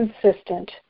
consistent